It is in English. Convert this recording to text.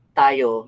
tayo